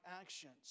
actions